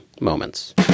moments